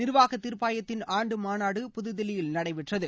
நிர்வாக தீர்ப்பாயத்தின் ஆண்டு மாநாடு புதுதில்லியில் நடைபெற்றது